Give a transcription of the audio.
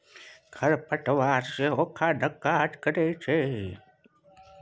खर पतवार सेहो खादक काज करैत छै